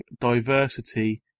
diversity